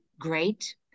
great